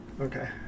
Okay